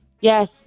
Yes